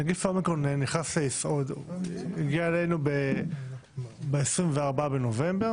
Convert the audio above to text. נגיף האומיקרון הגיע אלינו ב-24 בנובמבר,